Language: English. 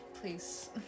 Please